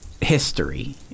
history